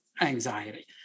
anxiety